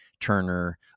Turner